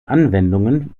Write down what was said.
anwendungen